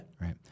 Right